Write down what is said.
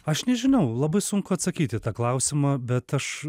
aš nežinau labai sunku atsakyt į tą klausimą bet aš